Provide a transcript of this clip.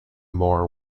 more